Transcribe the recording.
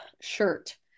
shirt